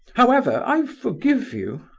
however, i forgive you.